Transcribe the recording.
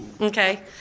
Okay